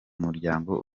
muryango